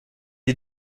est